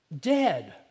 dead